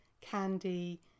candy